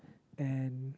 and